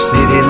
City